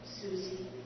Susie